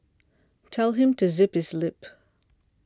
tell him to zip his lip